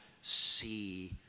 see